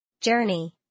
Journey